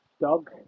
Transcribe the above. dog